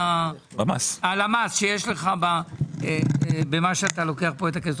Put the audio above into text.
ל המס שיש לך במה שאתה לוקח את הכסף.